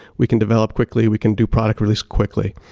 we can develop quickly, we can do product release quickly.